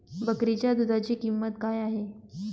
बकरीच्या दूधाची किंमत काय आहे?